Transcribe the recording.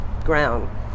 ground